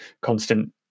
constant